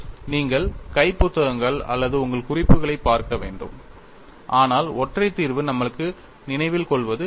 நீங்கள் கை புத்தகங்கள் அல்லது உங்கள் குறிப்புகளைப் பார்க்க வேண்டும் ஆனால் ஒற்றை தீர்வு நம்மளுக்கு நினைவில் கொள்வது எளிது